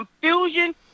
confusion